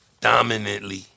dominantly